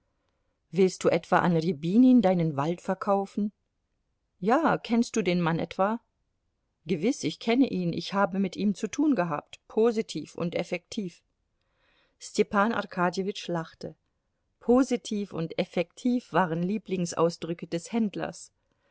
willst du etwa an rjabinin deinen wald verkaufen ja kennst du den mann etwa gewiß kenne ich ihn ich habe mit ihm zu tun gehabt positiv und effektiv stepan arkadjewitsch lachte positiv und effektiv waren lieblingsausdrücke des händlers